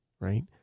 right